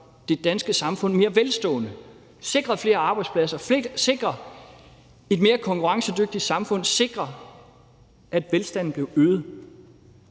det danske samfund mere velstående og sikret flere arbejdspladser og et mere konkurrencedygtigt samfund samt sikret, at velstanden blev øget.